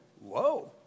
Whoa